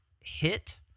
hit